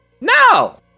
No